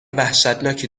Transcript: وحشتناکی